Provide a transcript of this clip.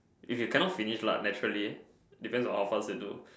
if you cannot finish lah naturally depends on how fast you do